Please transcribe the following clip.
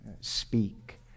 speak